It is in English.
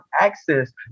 access